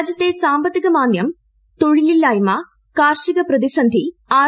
രാജ്യത്തെ സാമ്പത്തിക മാന്ദ്യം തൊഴിലില്ലായ്മ കാർഷിക പ്രതിസന്ധി ആർ